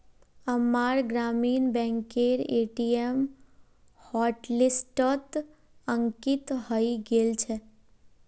अम्मार ग्रामीण बैंकेर ए.टी.एम हॉटलिस्टत अंकित हइ गेल छेक